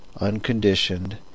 unconditioned